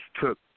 took